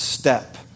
step